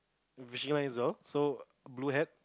fishing lines so blue hat